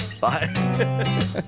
Bye